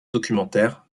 documentaire